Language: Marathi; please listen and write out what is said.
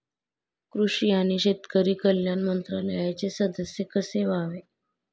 कृषी आणि शेतकरी कल्याण मंत्रालयाचे सदस्य कसे व्हावे?